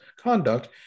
conduct